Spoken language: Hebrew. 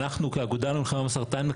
אנחנו כאגודה למלחמה בסרטן,